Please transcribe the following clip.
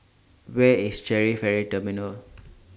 Where IS Changi Ferry Terminal